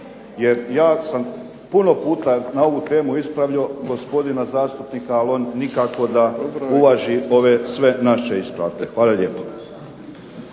Jer ja sam puno puta na ovu temu ispravljao gospodina zastupnika ali on nikako da uvaži sve naše ispravke. Hvala lijepo.